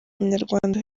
umunyarwanda